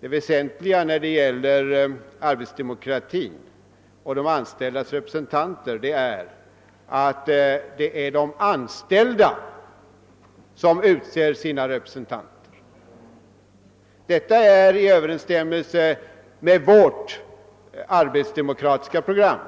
det väsentliga beträffande arbetsdemokratin och de anställdas representation är att det är de anställda som utser sina representanter, och detta är i överensstämmelse med vårt arbetsdemokratiska program.